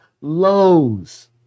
lows